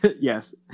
yes